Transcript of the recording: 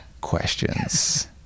questions